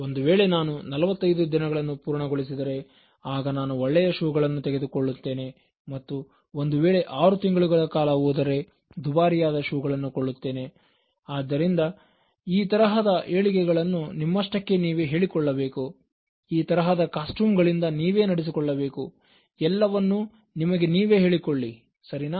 ಒಂದು ವೇಳೆ ನಾನು 45 ದಿನಗಳನ್ನು ಪೂರ್ಣಗೊಳಿಸಿದರೆ ಆಗ ನಾನು ಒಳ್ಳೆಯ ಶೂಗಳನ್ನು ತೆಗೆದುಕೊಳ್ಳುತ್ತೇನೆ ಮತ್ತು ಒಂದು ವೇಳೆ ಆರು ತಿಂಗಳುಗಳ ಕಾಲ ಹೋದರೆ ದುಬಾರಿಯಾದ ಶೂಗಳನ್ನು ಕೊಳ್ಳುತ್ತೇನೆ ಅದರಿಂದ ಈ ತರಹದ ಹೇಳಿಕೆಗಳನ್ನು ನಿಮ್ಮಷ್ಟಕ್ಕೆ ನೀವೇ ಹೇಳಿಕೊಳ್ಳಬೇಕು ಈ ತರಹದ ಕಾಸ್ಟ್ಯೂಮ್ ಗಳಿಂದ ನೀವೇ ನಡೆಸಿಕೊಳ್ಳಬೇಕು ಎಲ್ಲವನ್ನೂ ನಿಮಗೆ ನೀವೇ ಹೇಳಿಕೊಳ್ಳಿ ಸರಿನಾ